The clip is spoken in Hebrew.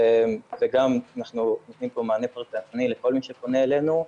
אנחנו גם נותנים פה מענה פרטני לכל מי שפונה אלינו.